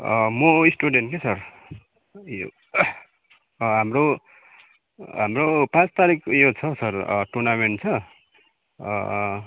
म स्टुडेन्ट क्या सर ए हाम्रो हाम्रो पाँच तारिक उयो छ हौ सर टुर्नामेन्ट छ